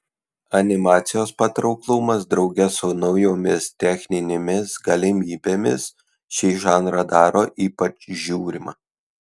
animacijos patrauklumas drauge su naujomis techninėmis galimybėmis šį žanrą daro ypač žiūrimą